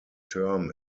term